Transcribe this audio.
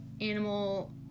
animal